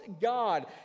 God